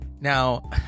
Now